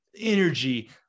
energy